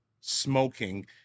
smoking